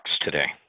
today